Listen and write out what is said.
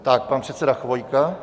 Tak pan předseda Chvojka.